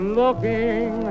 looking